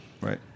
Right